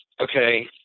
okay